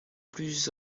plus